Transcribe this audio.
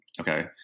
okay